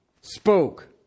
spoke